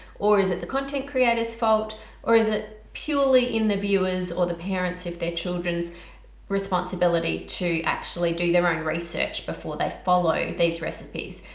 or is it the content creators fault or is it purely in the viewers or the parents if they're children responsibility to actually do their own research before they follow these recipes.